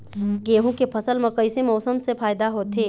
गेहूं के फसल म कइसे मौसम से फायदा होथे?